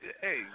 hey